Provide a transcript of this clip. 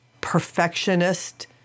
perfectionist